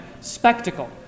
spectacle